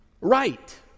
right